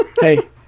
Hey